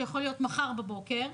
שיכול להיות מחר בבוקר,